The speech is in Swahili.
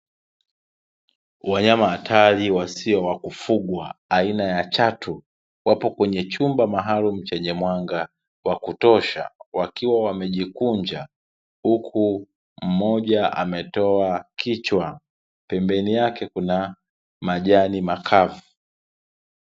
Wanyama hatari wasio wa kufugwa aina ya chatu wapo kwenye chumba maalumu chenye mwanga wa kutosha, wakiwa wamejikunja huku mmoja ametoa kichwa, pembeni yake kuna majani makavu.